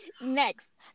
next